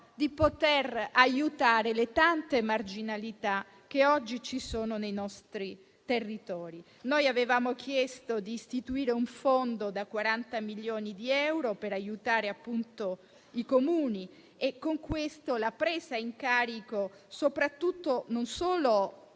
di aiutare le tante marginalità oggi presenti nei nostri territori. Noi avevamo chiesto di istituire un fondo da 40 milioni di euro per aiutare i Comuni nella presa in carico non solo